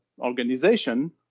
organization